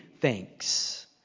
thanks